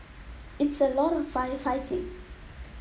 it's a lot of firefighting